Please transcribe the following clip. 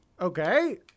Okay